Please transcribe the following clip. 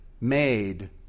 made